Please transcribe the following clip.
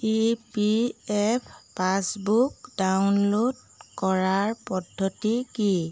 ই P F passbook download কৰাৰ পদ্ধতি কি